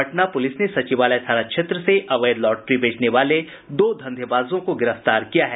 Patna police ने सचिवालय थाना क्षेत्र से अवैध लॉटरी बेचने वाले दो धंधेबाजों को गिरफ्तार किया है